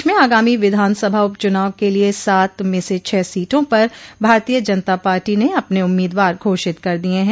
प्रदेश में आगामी विधानसभा उपचुनाव के लिए सात में से छह सीटों पर भारतीय जनता पार्टी ने अपने उम्मीदवार घोषित कर दिये हैं